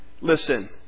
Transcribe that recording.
Listen